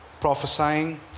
prophesying